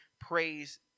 praise